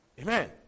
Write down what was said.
Amen